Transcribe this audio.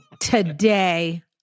today